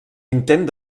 intent